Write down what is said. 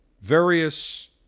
various